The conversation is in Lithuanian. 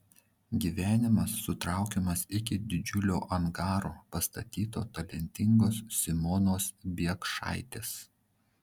gyvenimas sutraukiamas iki didžiulio angaro pastatyto talentingos simonos biekšaitės